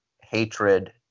hatred